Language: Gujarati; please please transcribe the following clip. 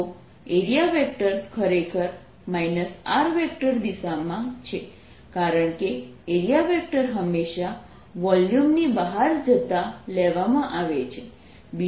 તો એરિયા વેક્ટર ખરેખર r દિશામાં છે કારણ કે એરિયા વેક્ટર હંમેશા વોલ્યુમની બહાર જતા લેવામાં આવે છે